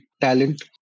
talent